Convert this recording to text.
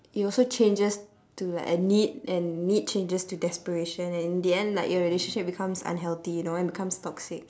it also changes to like a need and need changes to desperation and in the end like your relationship becomes unhealthy you know it becomes toxic